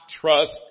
trust